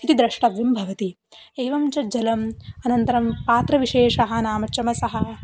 इति द्रष्टव्यं भवति एवं च जलम् अनन्तरं पात्रविशेषः नाम चमसः